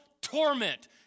torment